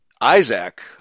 Isaac